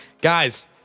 Guys